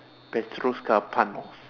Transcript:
petros carpen